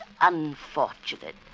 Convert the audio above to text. unfortunate